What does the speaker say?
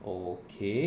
okay